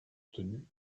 obtenu